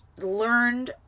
learned